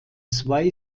zwei